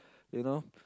you know